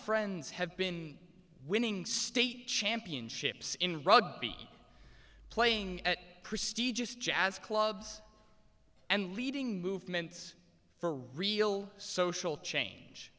friends have been winning state championships in rugby playing at christie just jazz clubs and leading movements for real social change